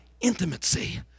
intimacy